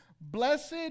Blessed